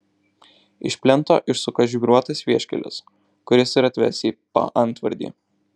iš plento išsuka žvyruotas vieškelis kuris ir atves į paantvardį